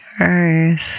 earth